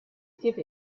give